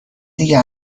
دیگه